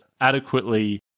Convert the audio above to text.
adequately